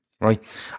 right